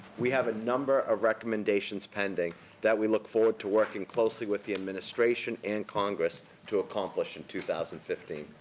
we have a number of recommendations pending that we look forward to working closely with the administration and congress to accomplish in two thousand and fifteen.